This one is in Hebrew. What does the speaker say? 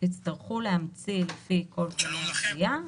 יצטרכו להמציא לפי כל כללי הגבייה,